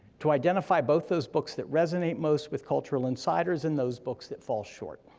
to identify both those books that resonate most with cultural insiders and those books that fall short,